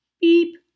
Beep